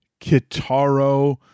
Kitaro